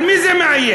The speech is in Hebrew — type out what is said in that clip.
על מי זה מאיים?